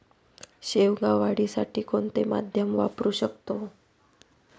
शेवगा वाढीसाठी कोणते माध्यम वापरु शकतो?